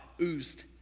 oozed